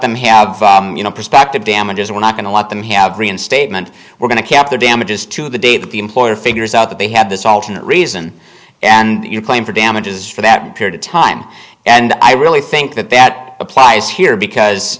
them have you know perspective damages we're not going to let them have reinstatement we're going to cap their damages to the day that the employer figures out that they have this alternate reason and you claim for damages for that period of time and i really think that that applies here because